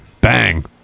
bang